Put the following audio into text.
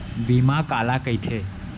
बीमा काला कइथे?